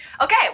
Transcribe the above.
Okay